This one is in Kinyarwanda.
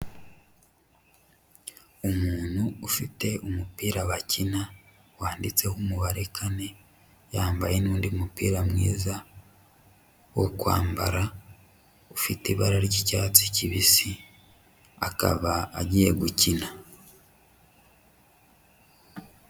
Umuntu ufite umupira bakina wanditseho umubare kane, yambaye n'undi mupira mwiza wo kwambara, ufite ibara ry'icyatsi kibisi akaba agiye gukina.